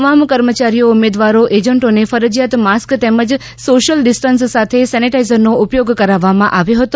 તમામ કર્મચારીઓ ઉમેદવારો એજન્ટોને ફરજીયાત માસ્ક તેમજ સોશિયલ ડિસ્ટન્સ અને સેનેટાઇઝરનો ઉપયોગ કરાવવામાં આવ્યો હતો